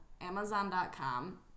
Amazon.com